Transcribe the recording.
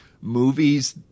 movies